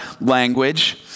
language